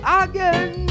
again